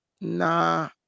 Nah